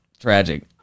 tragic